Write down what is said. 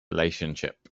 relationship